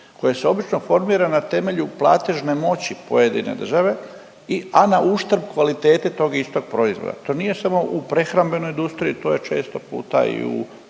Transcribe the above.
koji su obično formirana na temelju platežne moći pojedine države i, a na uštrb kvalitete tog istog proizvoda, to nije samo u prehrambenoj industriji, to je često puta i u